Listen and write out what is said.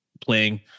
playing